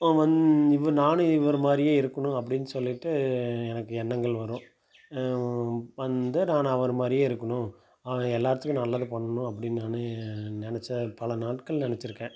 வந் இவர் நானும் இவர் மாதிரியே இருக்கணும் அப்படின்னு சொல்லிவிட்டு எனக்கு எண்ணங்கள் வரும் வந்து நான் அவர் மாதிரியே இருக்கணும் எல்லாத்துக்கும் நல்லது பண்ணணும் அப்படின்னு நான் நினைச்ச பல நாட்கள் நினச்சிருக்கேன்